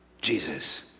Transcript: Jesus